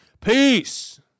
Peace